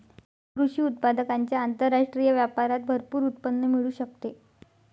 कृषी उत्पादकांच्या आंतरराष्ट्रीय व्यापारात भरपूर उत्पन्न मिळू शकते